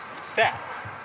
stats